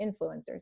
influencers